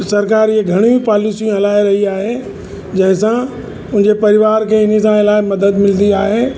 सरकारि इहे घणेईं पॉलिसियूं हलाए रही आहे जंहिंसां उन ए परिवार खे इन सां इलाही मदद मिलंदी आहे